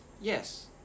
yes